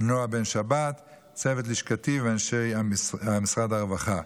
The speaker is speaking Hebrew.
נעה בן שבת, לצוות לשכתי ולאנשי משרד הרווחה.